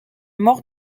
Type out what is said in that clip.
mort